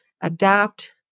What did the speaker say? adapt